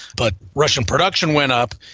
but russian production went up,